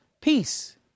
peace